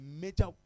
major